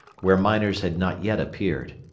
where miners had not yet appeared.